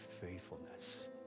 faithfulness